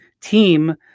team